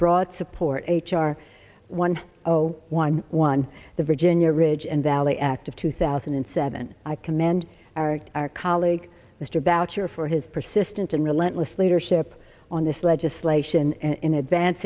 brought support h r one zero one one the virginia ridge and valley act of two thousand and seven i commend our our colleague mr boucher for his persistent and relentless leadership on this legislation